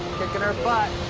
kicking our butt.